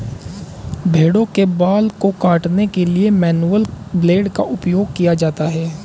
भेड़ों के बाल को काटने के लिए मैनुअल ब्लेड का उपयोग किया जाता है